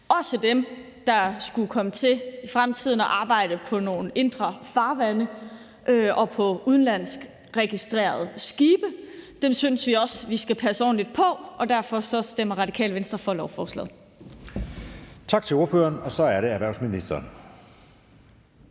i fremtiden skulle komme til at arbejde på indre farvande og på udenlandsk registrerede skibe. Dem synes vi også vi skal passe ordentligt på, og derfor stemmer Radikale Venstre for lovforslaget. Kl. 13:40 Den fg. formand